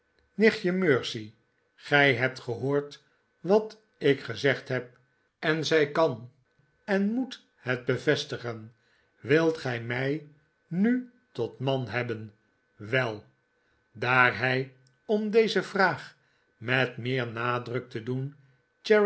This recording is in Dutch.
mercy gij hebt gehoord wat ik gezegd heb en zij kan en moet het bevestigen wilt gij mij nu tot man hebben wel daar hij om deze vraag met meer nadruk te doen